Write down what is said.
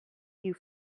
you